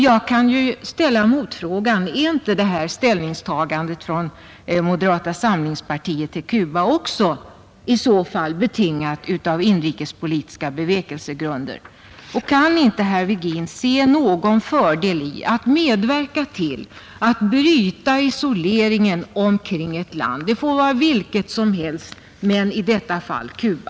Jag kan ställa motfrågan: Är inte ställningstagandet till Cuba från moderata samlingspartiets sida också i så fall betingat av inrikespolitiska bevekelsegrunder? Och kan inte, herr Virgin, se någon fördel i att medverka till att bryta isoleringen omkring ett land, det må vara vilket som helst, men i detta fall Cuba?